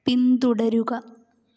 പിന്തുടരുക